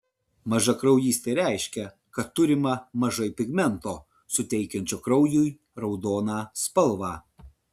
mažakraujystė reiškia kad turima mažai pigmento suteikiančio kraujui raudoną spalvą